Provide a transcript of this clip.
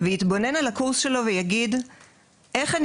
ויתבונן על הקורס שלו ויגיד איך אני